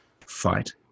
fight